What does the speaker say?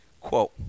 quote